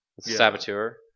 saboteur